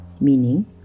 meaning